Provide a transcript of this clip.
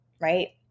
right